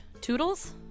Toodles